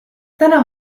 täna